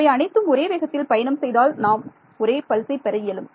அவை அனைத்தும் ஒரே வேகத்தில் பயணம் செய்தால் நாம் ஒரே பல்சை பெற இயலும்